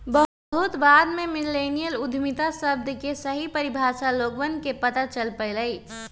बहुत बाद में मिल्लेनियल उद्यमिता शब्द के सही परिभाषा लोगवन के पता चल पईलय